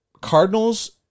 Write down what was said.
Cardinals